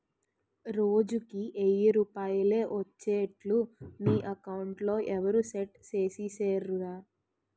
రోజుకి ఎయ్యి రూపాయలే ఒచ్చేట్లు నీ అకౌంట్లో ఎవరూ సెట్ సేసిసేరురా